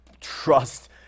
trust